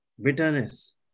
bitterness